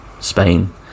Spain